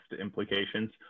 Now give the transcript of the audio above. implications